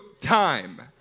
time